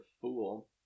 fool